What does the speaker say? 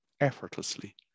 effortlessly